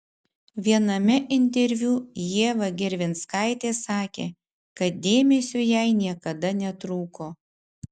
viename interviu ieva gervinskaitė sakė kad dėmesio jai niekada netrūko